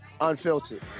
Unfiltered